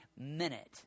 minute